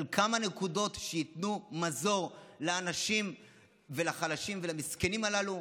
אבל כמה נקודות שייתנו מזור לאנשים ולחלשים ולמסכנים הללו,